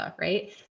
right